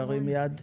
תרים יד.